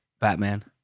batman